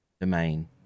domain